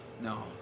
no